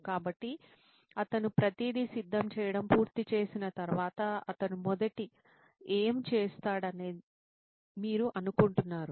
కాబట్టి అతను ప్రతిదీ సిద్ధం చేయడం పూర్తి చేసిన తర్వాత అతను మొదట ఏమి చేస్తాడని మీరు అనుకుంటున్నారు